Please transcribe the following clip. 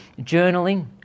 Journaling